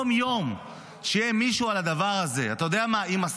בוא, אני רוצה דקה מזמנך.